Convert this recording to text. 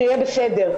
שיהיה בסדר,